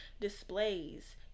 displays